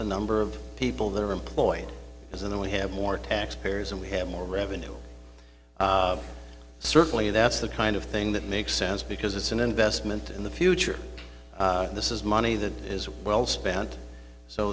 the number of people that are employed and then we have more tax payers and we have more revenue certainly that's the kind of thing that makes sense because it's an investment in the future and this is money that is well spent so